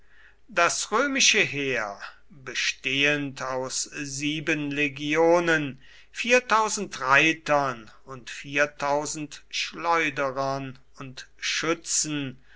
das römische heer bestehend aus sieben legionen reitern und schleuderern und schützen